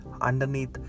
Underneath